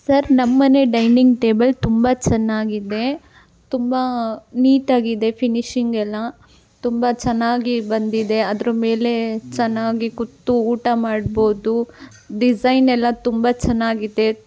sir ನಮ್ಮ ಮನೆ dining table ತುಂಬ ಚೆನ್ನಾಗಿದೆ ತುಂಬ ನೀಟಾಗಿದೆ ಫಿನಿಷಿಂಗ್ ಎಲ್ಲ ತುಂಬ ಚೆನ್ನಾಗಿ ಬಂದಿದೆ ಅದ್ರ ಮೇಲೆ ಚೆನ್ನಾಗಿ ಕೂತು ಊಟ ಮಾಡ್ಬೋದು ಡಿಸೈನ್ ಎಲ್ಲ ತುಂಬ ಚೆನ್ನಾಗಿದೆ